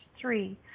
Three